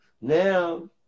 now